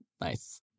Nice